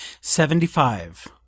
Seventy-five